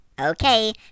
Okay